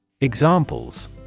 Examples